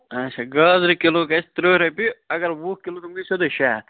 اَچھا گازرٕ کِلوٗ گژھِ ترٕٛہ رۄپیہِ اگر وُہ کِلوٗ تِم گٔے سیٚودُے شےٚ ہَتھ